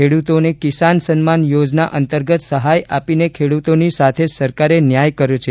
ખેડૂતોને કિસાન સન્માન યોજના અંતર્ગત સહાય આપીને ખેડ્રતોની સાથે સરકારે ન્યાય કર્યો છે